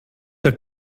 der